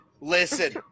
listen